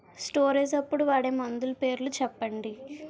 Storage అప్పుడు వాడే మందులు పేర్లు చెప్పండీ?